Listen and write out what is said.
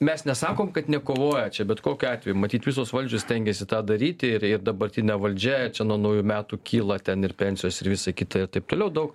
mes nesakom kad nekovoja čia bet kokiu atveju matyt visos valdžios stengiasi tą daryti ir ir dabartinė valdžia čia nuo naujų metų kyla ten ir pensijos ir visa kita ir taip toliau daug